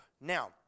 Now